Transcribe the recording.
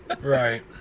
Right